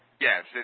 Yes